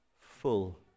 full